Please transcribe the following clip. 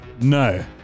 No